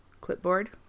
clipboard